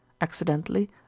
accidentally